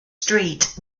street